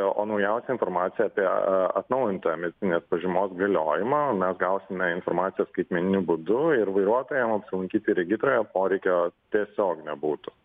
o naujausią informaciją apie atnaujintą medicininės pažymos galiojimą mes gausime informaciją skaitmeniniu būdu ir vairuotojam apsilankyti regitroje poreikio tiesiog nebūtų